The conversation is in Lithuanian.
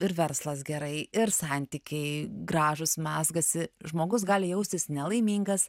ir verslas gerai ir santykiai gražūs mezgasi žmogus gali jaustis nelaimingas